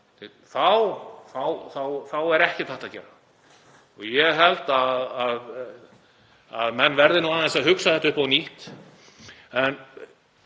þá er ekkert hægt að gera. Ég held að menn verði aðeins að hugsa þetta upp á nýtt.